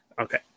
Okay